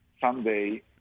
someday